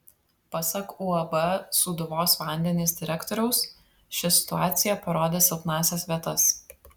pasak uab sūduvos vandenys direktoriaus ši situacija parodė silpnąsias vietas